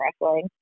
wrestling